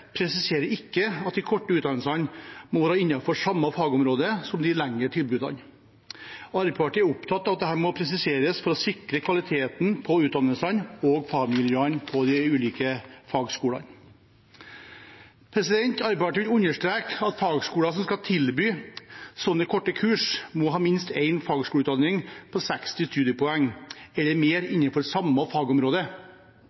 presiserer ikke at de korte utdannelsene må være innenfor samme fagområde som de lengre tilbudene. Arbeiderpartiet er opptatt av at dette må presiseres for å sikre kvaliteten på utdannelsene og fagmiljøene på de ulike fagskolene. Arbeiderpartiet vil understreke at fagskoler som skal tilby slike korte kurs, må ha minst én fagskoleutdanning på 60 studiepoeng eller mer